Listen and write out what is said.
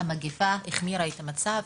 מגפת הקורונה החמירה את המצב.